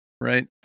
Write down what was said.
Right